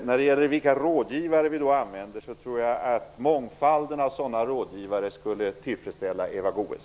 När det gäller vilka rådgivare vi anlitar tror jag att mångfalden borde tillfredsställa Eva Goës.